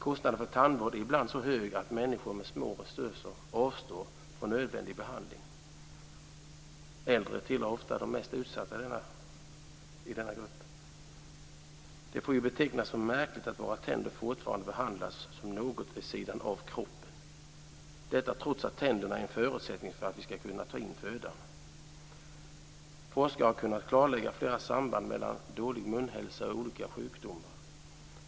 Kostnaderna för tandvård är ibland så höga att människor med små resurser avstår från nödvändig behandling. Äldre tillhör ofta de mest utsatta i denna grupp. Det får betecknas som märkligt att våra tänder fortfarande behandlas som något vid sidan av kroppen, detta trots att tänderna är en förutsättning för att vi ska kunna ta in föda. Forskare har klarlagt flera samband mellan dålig munhälsa och olika sjukdomar.